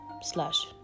slash